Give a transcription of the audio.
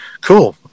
cool